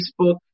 Facebook